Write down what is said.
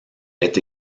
est